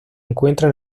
encuentra